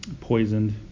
poisoned